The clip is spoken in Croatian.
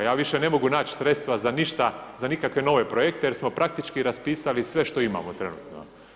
Ja više ne mogu naći sredstva za nikakve nove projekte, jer smo praktički raspisali sve što imamo trenutno.